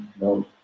No